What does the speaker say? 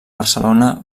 barcelona